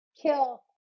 kill